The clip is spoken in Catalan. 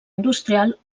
industrial